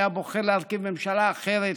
היה בוחר להרכיב ממשלה אחרת,